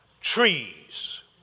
trees